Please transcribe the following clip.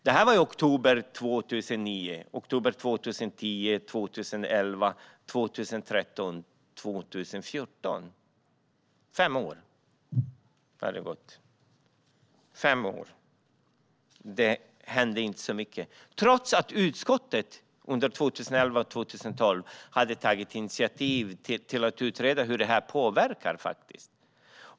Detta var i oktober 2009. Det tog alltså fem år utan att det hände så mycket, trots att utskottet under 2011/2012 hade tagit initiativ till att utreda hur bestämmelserna påverkar.